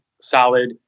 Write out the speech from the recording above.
solid